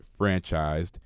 franchised